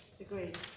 Agreed